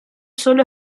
sólo